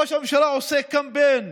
ראש הממשלה עושה קמפיין,